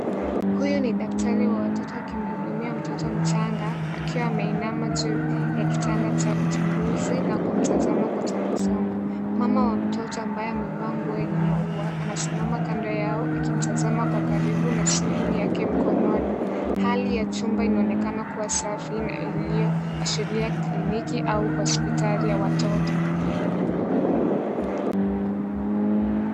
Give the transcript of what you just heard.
Huyu ni daktari wa watoto akimhudumia mtoto mchanga, akiwa ameinama juu ya kitanda cha uchunguzi na kutazama kwa tabasamu. Mama wa mtoto ambaye amevaa nguo yenye maua anasimama yao akimtazama kwa karibu na simu yake mkononi. Hali ya chumba inaonekana kuwa safi na iliyoashiria kliniki au hospitali ya watoto.